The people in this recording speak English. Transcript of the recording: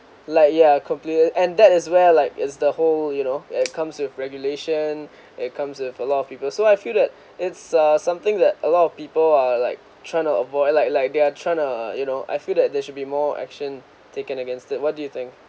like ya completely and that is where like is the whole you know at comes with regulation it comes with a lot of people so I feel that it's a something that a lot of people are like trying to avoid like like they are trying to you know I feel that there should be more action taken against that what do you think